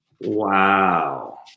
Wow